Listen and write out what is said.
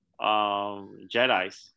jedis